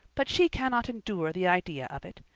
but she cannot endure the idea of it.